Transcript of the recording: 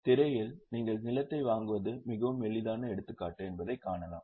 திரையில் நீங்கள் நிலத்தை வாங்குவது மிகவும் எளிதான எடுத்துக்காட்டு என்பதைக் காணலாம்